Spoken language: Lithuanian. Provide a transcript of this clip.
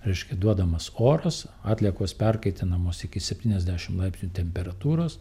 reiškia duodamas oras atliekos perkaitinamos iki septyniasdešim laipsnių temperatūros